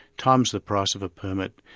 times the price of a permit,